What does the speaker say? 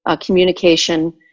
communication